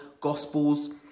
Gospels